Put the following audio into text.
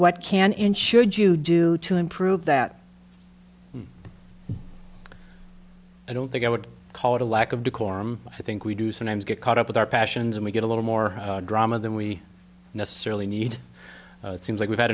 what can and should you do to improve that i don't think i would call it a lack of decorum i think we do sometimes get caught up with our passions and we get a little more drama than we necessarily need seems like we've had